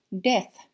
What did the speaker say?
death